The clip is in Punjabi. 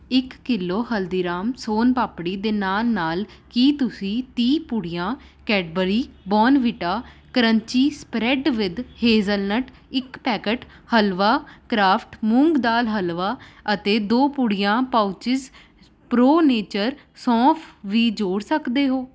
ਇੱਕ ਕਿੱਲੋ ਹਲਦੀਰਾਮ ਸੋਨ ਪਾਪੜੀ ਦੇ ਨਾਲ ਨਾਲ ਕੀ ਤੁਸੀਂ ਤੀਹ ਪੁੜੀਆਂ Cadbury Bournvita crunchy spread with hazelnut ਇੱਕ ਪੈਕੇਟ ਹਲਵਾ ਕਰਾਫਟ ਮੂੰਗ ਦਾਲ ਹਲਵਾ ਅਤੇ ਦੋ ਪੁੜੀਆਂ ਪਾਊਚਿਸ ਪ੍ਰੋ ਨੇਚਰ ਸੌਂਫ ਵੀ ਜੋੜ ਸਕਦੇ ਹੋ